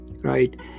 right